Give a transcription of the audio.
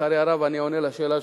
לצערי הרב, אני עונה לשאלה שלך: